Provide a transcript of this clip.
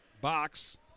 box